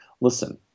listen